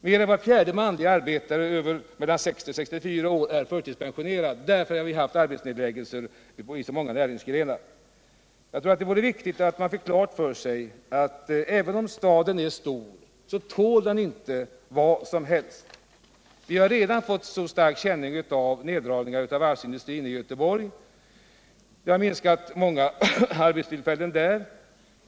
Mer än var fjärde arbetare mellan 60 och 64 år är förtidspensionerad därför att vi har haft företagsnedläggelser i så många näringsgrenar. Jag tror det är viktigt att man får klart för sig att även om staden är stor så tål den inte vad som helst. Vi har redan fått stark känning av nedläggningar av varvsindustri i Göteborg. Det har minskat antalet arbetstillfällen betydligt.